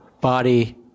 body